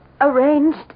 Arranged